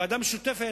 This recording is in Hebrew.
לוועדה משותפת,